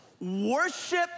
worship